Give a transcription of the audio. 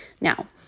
Now